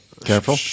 Careful